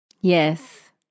Yes